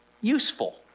useful